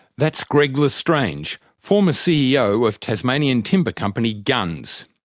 that's greg l'estrange, former ceo of tasmanian timber company gunns.